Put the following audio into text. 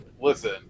listen